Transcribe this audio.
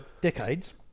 decades